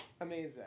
Amazing